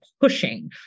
pushing